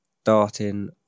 starting